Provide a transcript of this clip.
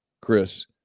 Chris